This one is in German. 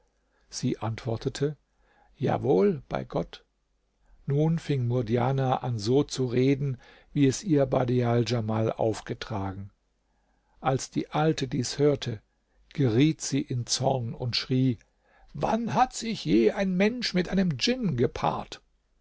sie antwortete jawohl bei gott nun fing murdjana an so zu reden wie es ihr badial djamal aufgetragen als die alte dies hörte geriet sie in zorn und schrie wann hat sich je ein mensch mit einem djinn gepaart